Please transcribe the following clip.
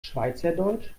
schweizerdeutsch